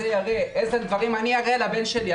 איזה דברים אני אראה לבן שלי?